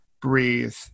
breathe